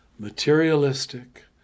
materialistic